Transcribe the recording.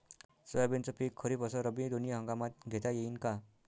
सोयाबीनचं पिक खरीप अस रब्बी दोनी हंगामात घेता येईन का?